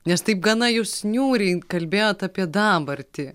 nes taip gana jūs niūriai kalbėjot apie dabartį